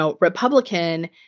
Republican